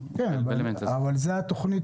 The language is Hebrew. אבל זאת התוכנית